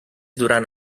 durant